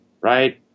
right